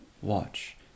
watch